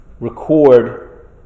record